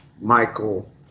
Michael